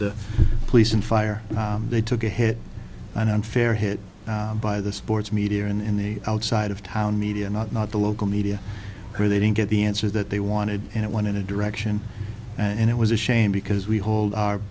the police and fire they took a hit an unfair hit by the sports media and the outside of town media not not the local media where they didn't get the answer that they wanted and it went in a direction and it was a shame because we hold our